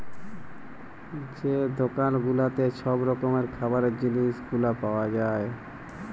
যে দকাল গুলাতে ছব রকমের খাবারের জিলিস গুলা পাউয়া যায়